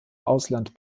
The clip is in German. ausland